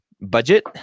budget